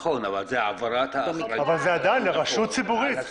אבל זה עדיין לרשות ציבורית.